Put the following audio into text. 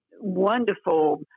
wonderful